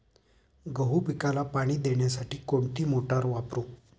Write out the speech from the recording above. गहू पिकाला पाणी देण्यासाठी कोणती मोटार वापरू?